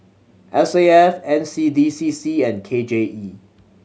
S A F N C D C C and K J E